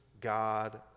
God